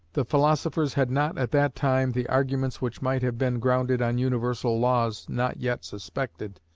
the philosophers had not at that time the arguments which might have been grounded on universal laws not yet suspected,